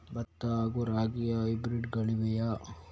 ಭತ್ತ ಹಾಗೂ ರಾಗಿಯ ಹೈಬ್ರಿಡ್ ಗಳಿವೆಯೇ?